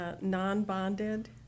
non-bonded